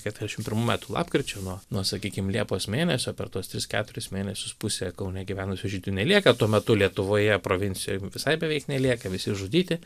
keturiasdešimt pirmų metų lapkričio nuo nuo sakykim liepos mėnesio per tuos tris keturis mėnesius pusė kaune gyvenusių žydų nelieka tuo metu lietuvoje provincijoj visai beveik nelieka visi išžudyti